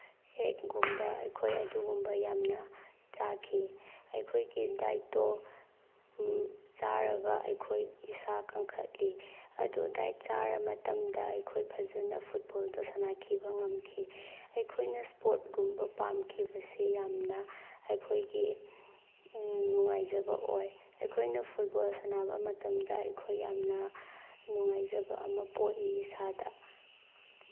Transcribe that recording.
ꯀꯦꯛꯒꯨꯝꯕ ꯑꯩꯈꯣꯏ ꯑꯗꯨꯒꯨꯝꯕ ꯌꯥꯝꯅ ꯆꯥꯈꯤ ꯑꯩꯈꯣꯏꯒꯤ ꯗꯥꯏꯠꯇꯣ ꯆꯥꯔꯒ ꯑꯩꯈꯣꯏ ꯏꯁꯥ ꯀꯟꯈꯠꯂꯤ ꯑꯗꯨ ꯗꯥꯏꯠ ꯆꯥꯔ ꯃꯇꯝꯗ ꯑꯩꯈꯣꯏ ꯐꯖꯅ ꯐꯨꯠꯕꯣꯜꯗꯣ ꯁꯥꯟꯅꯈꯤꯕ ꯉꯝꯈꯤ ꯑꯩꯈꯣꯏꯅ ꯏꯁꯄꯣꯔꯠꯒꯨꯝꯕ ꯄꯥꯝꯈꯤꯕꯁꯤ ꯌꯥꯝꯅ ꯑꯩꯈꯣꯏꯒꯤ ꯅꯨꯡꯉꯥꯏꯖꯕ ꯑꯣꯏ ꯑꯩꯈꯣꯏꯅ ꯐꯨꯠꯕꯣꯜ ꯁꯥꯟꯅꯕ ꯃꯇꯝꯗ ꯑꯩꯈꯣꯏ ꯌꯥꯝꯅ ꯅꯨꯡꯉꯥꯏꯖꯕ ꯑꯃ ꯄꯣꯛꯏ ꯏꯁꯥꯗ